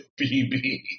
BB